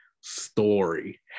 story